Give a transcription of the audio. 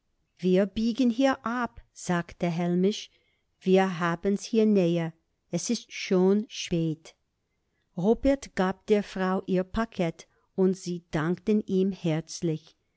wir biegen hier ab sagte hellmich wir haben's hier näher s is schon spät robert gab der frau ihr paket und sie dankte ihm herzlich